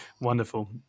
Wonderful